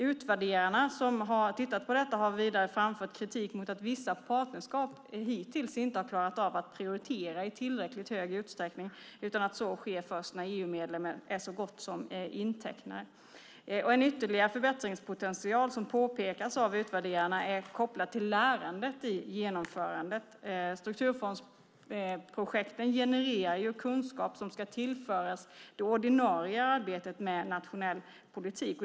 Utvärderarna som tittat på detta har även framfört kritik mot att vissa partnerskap hittills inte har klarat av att prioritera i tillräckligt stor utsträckning, utan så sker först när EU-medlen är så gott som intecknade. En ytterligare förbättringspotential som påpekas av utvärderarna är kopplad till lärandet i genomförandet. Strukturfondsprojekten genererar ju kunskap som ska tillföras det ordinarie arbetet med nationell politik.